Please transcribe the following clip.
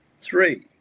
Three